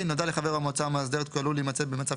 נודע לחבר המועצה המאסדרת כי הוא עלול להימצא במצב